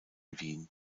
wien